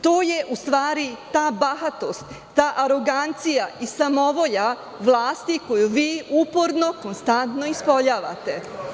To je u stvari ta bahatost, ta arogancija i samovolja vlasti koju vi uporno i konstantno ispoljavate.